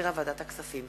שהחזירה ועדת הכספים.